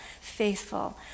faithful